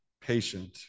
patient